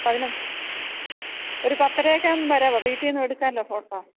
പതിനൊന്ന് ഒരു പത്തരക്കാകുമ്പോൾ വരാമോ വീട്ടീന്നും എടുക്കാമല്ലോ ഫോട്ടോ